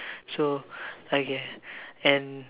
so okay and